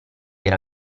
era